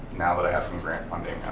now that i have some grant funding,